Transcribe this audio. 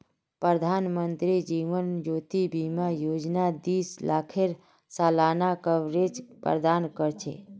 प्रधानमंत्री जीवन ज्योति बीमा योजना दी लाखेर सालाना कवरेज प्रदान कर छे